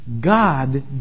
God